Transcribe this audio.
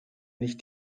nicht